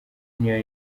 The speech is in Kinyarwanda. n’iyo